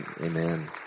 amen